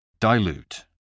Dilute